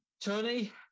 Tony